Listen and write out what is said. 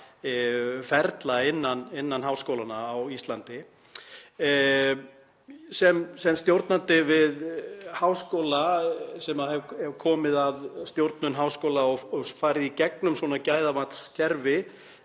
gæðaferla innan háskólanna á Íslandi. Sem stjórnandi við háskóla sem hefur komið að stjórnun háskóla og farið í gegnum svona gæðamatskerfi